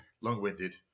long-winded